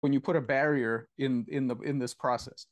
כשאתה שם גבולות בתהליך הזה